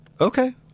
Okay